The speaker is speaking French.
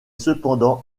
cependant